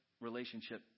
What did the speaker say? relationship